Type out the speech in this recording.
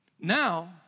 Now